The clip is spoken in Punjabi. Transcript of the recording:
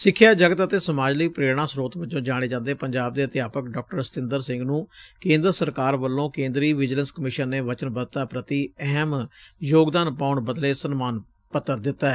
ਸਿੱਖਿਆ ਜਗਤ ਅਤੇ ਸਮਾਜ ਲਈ ਪ੍ਰੇਰਣਾ ਸਰੋਤ ਵਜੋ ਜਾਣੇ ਜਾਂਦੇ ਪੰਜਾਬ ਦੇ ਅਧਿਆਪਕ ਡਾ ਸਤਿੰਦਰ ਸਿੰਘ ਨੂੰ ਕੇਂਦਰ ਸਰਕਾਰ ਵਲੋਂ ਕੇਂਦਰੀ ਵਿਜੀਲੈਂਸ ਕਮਿਸ਼ਨ ਨੇ ਵਚਨਬੱਧਤਾ ਪੂਤੀ ਅਹਿਮ ਯੋਗਦਾਨ ਪਾਉਣ ਬਦਲੇ ਸਨਮਾਨ ਪੱਤਰ ਦਿੱਤੈ